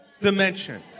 dimension